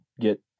get